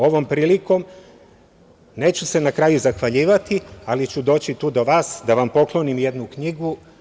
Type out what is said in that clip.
Ovom prilikom, neću se na kraju zahvaljivati, ali doći ću tu do vas da vam poklonim jednu knjigu.